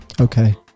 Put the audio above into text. Okay